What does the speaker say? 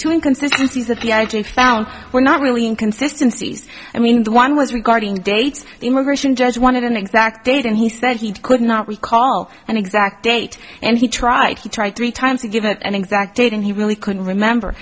two inconsistencies that he actually found were not really inconsistency i mean one was regarding dates immigration judge wanted an exact date and he said he could not recall an exact date and he tried he tried three times to give an exact date and he really couldn't remember